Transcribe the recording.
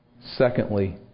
Secondly